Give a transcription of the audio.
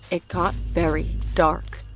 it got very dark,